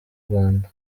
rwanda